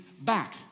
back